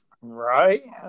Right